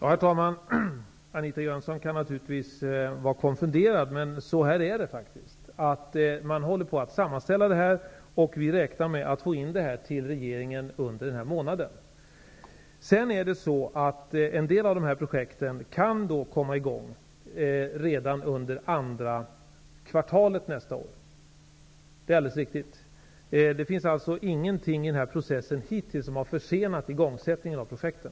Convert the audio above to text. Herr talman! Anita Jönsson kan naturligtvis vara konfunderad. Men så här är det faktiskt. Man håller på att göra en sammanställning. Vi räknar med att få in den till regeringen under den här månaden. En del av de här projekten kan komma i gång redan under andra kvartalet nästa år. Det är alldeles riktigt. Det finns alltså ingenting i den här processen som hittills har försenat igångsättningen av projekten.